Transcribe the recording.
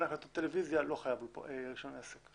הקלטות טלוויזיה לא חייב רישיון עסק.